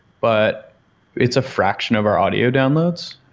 but it's a fraction of our audio downloads.